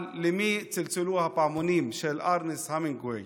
על "למי צלצלו הפעמונים" של ארנסט המינגווי.